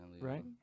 Right